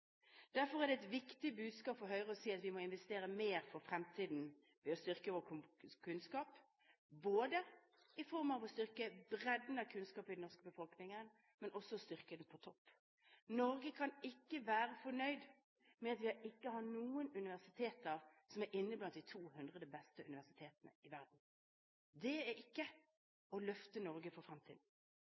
Derfor er et viktig budskap fra Høyre at vi må investere mer for fremtiden ved å styrke vår kunnskap, i form av å styrke bredden av kunnskap i den norske befolkningen, men også styrke kunnskapen på topp. Norge kan ikke være fornøyd med at vi ikke har noen universiteter som er inne blant de 200 beste universitetene i verden. Det er ikke å løfte Norge for